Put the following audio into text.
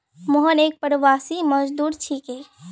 मोहन एक प्रवासी मजदूर छिके